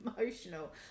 emotional